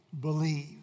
believe